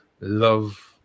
love